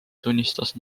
tunnistas